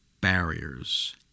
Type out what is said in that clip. barriers